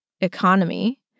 economy